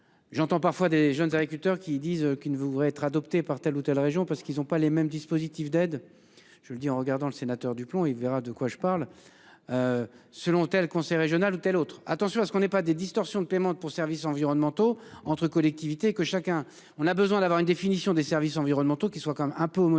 J'entends parfois des jeunes agriculteurs qui disent qu'ils ne voudrait être adoptée par telle ou telle région parce qu'ils ont pas les mêmes dispositifs d'aide, je le dis en regardant le sénateur du plomb il verra de quoi je parle. Selon telle conseil régional ou telle autre attention à ce qu'on est pas des distorsions de clémence pour services environnementaux entre collectivités que chacun on a besoin d'avoir une définition des services environnementaux qui soit quand même un peu homogène